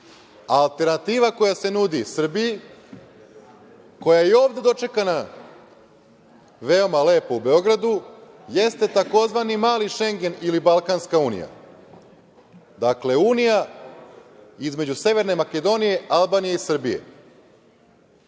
Kosova. Alternativa koja se nudi Srbiji koja je i ovde dočekana veoma lepo u Beogradu jeste takođe „mali Šengen“ ili Balkanska unija, dakle, unija između Severne Makedonije, Albanije i Srbije.